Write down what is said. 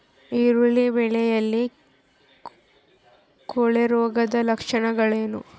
ಈರುಳ್ಳಿ ಬೆಳೆಯಲ್ಲಿ ಕೊಳೆರೋಗದ ಲಕ್ಷಣಗಳೇನು?